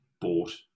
bought